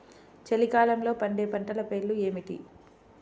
చలికాలంలో పండే పంటల పేర్లు ఏమిటీ?